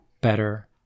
better